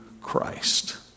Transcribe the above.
Christ